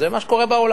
זה מה שקורה בעולם.